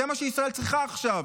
זה מה שישראל צריכה עכשיו,